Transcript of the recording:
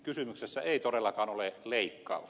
kysymyksessä ei todellakaan ole leikkaus